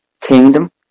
kingdom